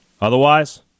Otherwise